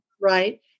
right